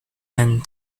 and